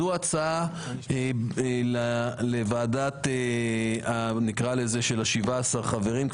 זו הצעה לוועדה של ה-17 חברים,